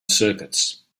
circuits